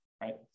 Right